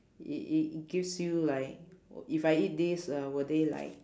it it gives you like w~ if I eat this uh will they like